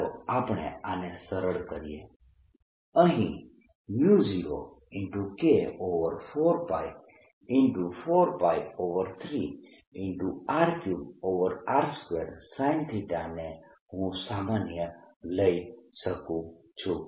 ચાલો આપણે આને સરળ કરીએ અહીં μ0K4π4π3R3r2sinθ ને હું સામાન્ય લઈ શકું છું